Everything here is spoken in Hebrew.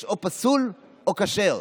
יש או פסול או כשר.